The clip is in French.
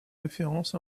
référence